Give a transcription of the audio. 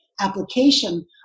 application